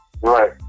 Right